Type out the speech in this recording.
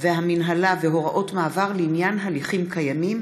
והמינהלה והוראות מעבר לעניין הליכים קיימים),